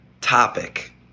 topic